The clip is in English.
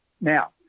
Now